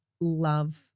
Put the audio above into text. love